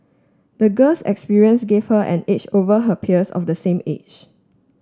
the girl's experiences gave her an edge over her peers of the same age